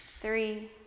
three